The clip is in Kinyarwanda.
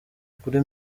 kuri